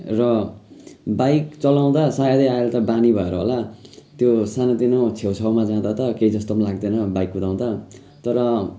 र बाइक चलाउँदा सायदै आहिले त बानी भएर होला त्यो सानोतिनो छेउछाउमा जाँदा त केही जस्तो पनि लाग्दैन बाइक कुदाउँदा तर